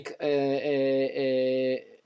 make